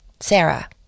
Sarah